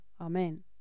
Amen